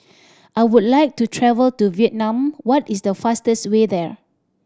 I would like to travel to Vietnam What is the fastest way there